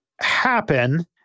happen